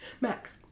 Max